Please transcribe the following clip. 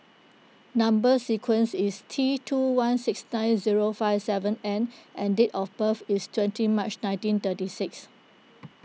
Number Sequence is T two one six nine zero five seven N and date of birth is twenty March nineteen thirty six